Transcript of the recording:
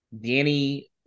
Danny